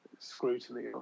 scrutiny